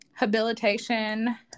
habilitation